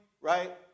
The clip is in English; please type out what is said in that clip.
right